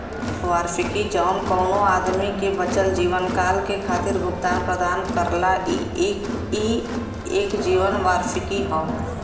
वार्षिकी जौन कउनो आदमी के बचल जीवनकाल के खातिर भुगतान प्रदान करला ई एक जीवन वार्षिकी हौ